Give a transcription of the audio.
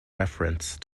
reference